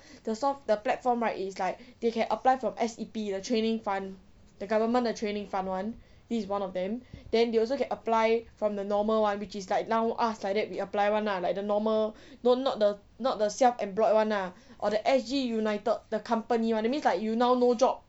the soft the platform right it's like they can apply from S_E_P the training fund the government the training fund [one] this is one of them then they also can apply from the normal one which is like now us like that we apply [one] lah like the normal no not the not the self employed one lah or the S_G united the company one that means like you now no job